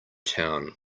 town